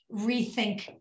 rethink